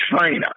China